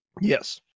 Yes